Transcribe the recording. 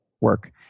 work